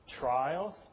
trials